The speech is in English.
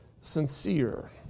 sincere